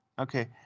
okay